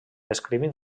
escrivint